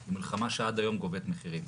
זאת מלחמה שעד היום גובה מחירים.